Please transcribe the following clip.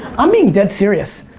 i'm being dead serious.